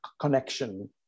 connection